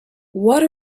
what